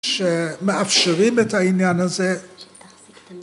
שמאפשרים את העניין הזה